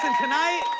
tonight,